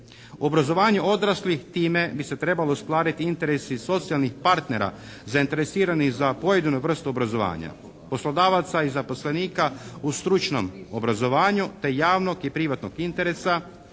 Obrazovanje odraslih time bi se trebalo uskladiti interesi socijalnih partnera zainteresiranih za pojedinu vrstu obrazovanja, poslodavaca i zaposlenika u stručnom obrazovanju te javnog i privatnog interesa,